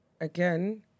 again